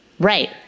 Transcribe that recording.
Right